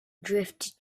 drift